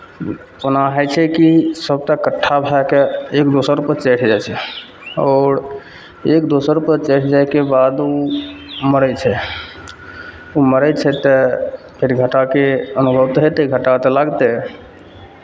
ओना होइ छै कि सभटा इकठ्ठा भऽ कऽ एक दोसरपर चढ़ि जाइ छै आओर एक दोसरपर चढ़ि जायके बाद ओ मरै छै ओ मरै छै तऽ फेर घाटाके अनुभव तऽ हेतै घाटा तऽ लागतै